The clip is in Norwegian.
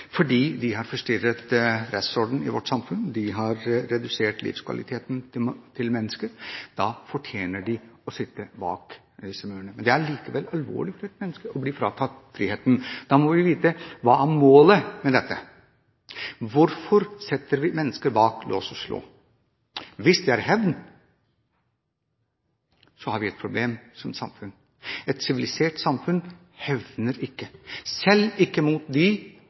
fordi de har forstyrret rettsordenen i vårt samfunn og redusert livskvaliteten til mennesker. Men det er likevel alvorlig for et menneske å bli fratatt friheten, og derfor må vi vite: Hva er målet med dette? Hvorfor setter vi mennesker bak lås og slå? Hvis det er hevn, har vi et problem som samfunn. Et sivilisert samfunn hevner ikke, selv ikke mot